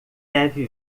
deve